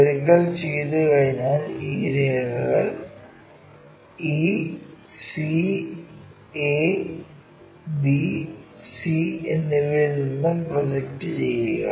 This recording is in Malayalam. ഒരിക്കൽ ചെയ്തുകഴിഞ്ഞാൽ ഈ രേഖകൾ e c a bc എന്നിവയിൽ നിന്ന് പ്രൊജക്റ്റ് ചെയ്യുക